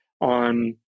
on